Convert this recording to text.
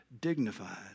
dignified